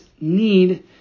need